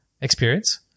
experience